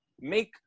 make